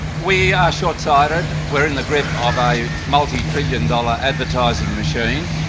we are short-sighted, we are in the grip of a multitrillion dollar advertising machine.